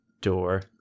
door